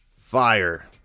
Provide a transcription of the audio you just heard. fire